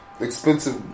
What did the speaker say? expensive